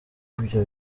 ibyo